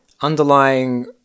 underlying